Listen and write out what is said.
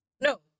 No